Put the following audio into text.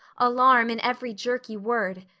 alarm in every jerky word.